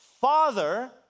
father